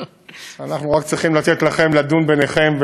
אנחנו רק צריכים לתת לכם לדון ביניכם,